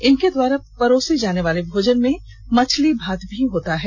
इनके द्वारा परोसे जाने वाले भोजन में मछली भात भी होता है